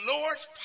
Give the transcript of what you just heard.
Lord's